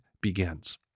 begins